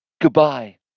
Goodbye